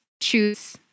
choose